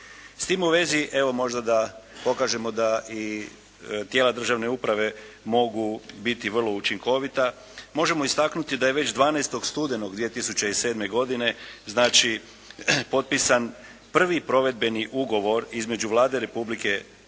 S tim u vezi evo možda da pokažemo da i tijela državne uprave mogu biti vrlo učinkovita. Možemo istaknuti da je već 12. studenoga 2007. godine, znači potpisan prvi provedbeni Ugovor između Vlade Republike Hrvatske